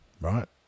right